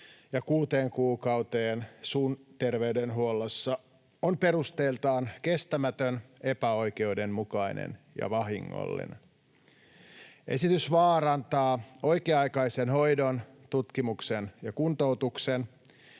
ja kuuteen kuukauteen suun terveydenhuollossa on perusteeltaan kestämätön, epäoikeudenmukainen ja vahingollinen. Esitys vaarantaa oikea-aikaisen hoidon, tutkimuksen ja kuntoutuksen,